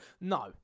no